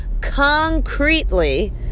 concretely